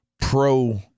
pro